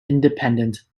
independent